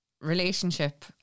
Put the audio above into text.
relationship